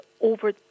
over